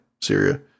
syria